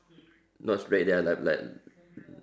not straight ya like like